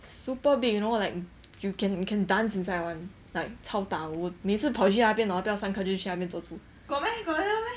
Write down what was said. super big you know like you can you can dance inside [one] like 超大我每次跑去那边 hor 不要上课就去那里走走